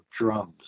drums